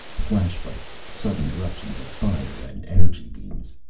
flash fights, sudden eruptions of fire and energy beams.